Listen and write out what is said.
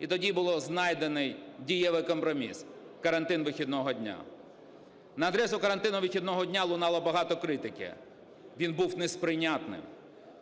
І тоді був знайдений дієвий компроміс – карантин вихідного дня. На адресу карантину вихідного дня лунало багато критики, він був несприйнятним.